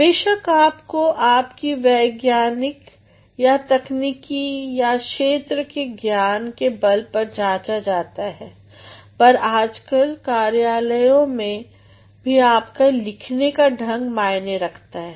बेशक आपको आपकी वैज्ञानिक या तकनीकी या क्षेत्र के ज्ञान के बल पर जांचा जाता है पर आजकल कार्यालयों में भी आपका लिखने का ढंग मायने रखता है